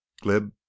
glib